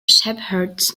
shepherds